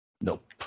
nope